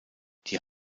die